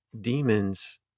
demons